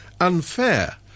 unfair